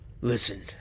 Listen